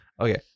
Okay